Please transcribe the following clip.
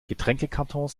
getränkekartons